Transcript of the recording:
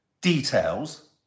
details